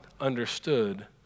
understood